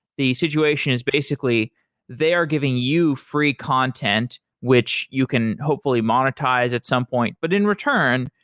the situation is basically they are giving you free content, which you can hopefully monetize at some point. but in return,